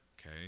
okay